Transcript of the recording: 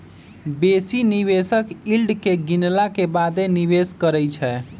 बेशी निवेशक यील्ड के गिनला के बादे निवेश करइ छै